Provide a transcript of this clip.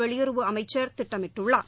வெளியுறவு அமைச்சர் திட்டமிட்டுள்ளார்